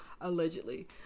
allegedly